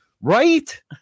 Right